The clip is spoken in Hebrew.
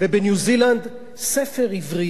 ספר עברי יכול להימכר,